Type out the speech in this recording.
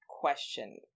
question